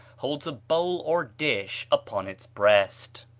holds a bowl or dish upon its breast.